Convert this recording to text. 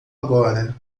agora